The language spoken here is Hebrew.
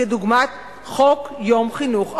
כדוגמת חוק יום חינוך ארוך".